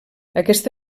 aquesta